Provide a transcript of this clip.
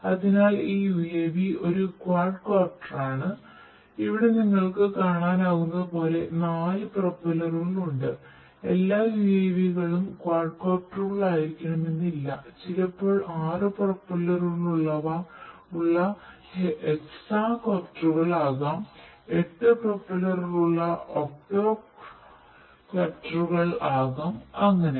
അതിനാൽ ഈ UAV ഒരു ക്വാഡ്കോപ്റ്ററാണ് ആകാംഅങ്ങനെ